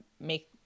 make